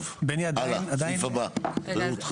טוב הלאה, הסעיף הבא רעות.